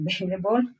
available